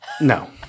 No